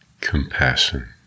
compassion